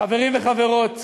חברים וחברות,